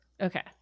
Okay